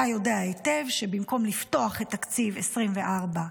אתה יודע היטב שבמקום לפתוח את תקציב 2024,